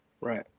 Right